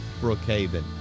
Brookhaven